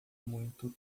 muito